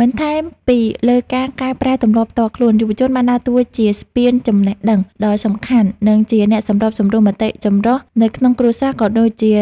បន្ថែមពីលើការកែប្រែទម្លាប់ផ្ទាល់ខ្លួន យុវជនបានដើរតួជា ស្ពានចំណេះដឹងដ៏សំខាន់ និងជាអ្នកសម្របសម្រួលមតិចម្រុះនៅក្នុងគ្រួសារ ក៏ដូចជា